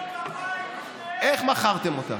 איך מכרתם אותה,